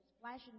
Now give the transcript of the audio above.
flashing